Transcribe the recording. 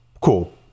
cool